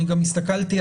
ראיתי גם את האתר,